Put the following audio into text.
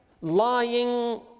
lying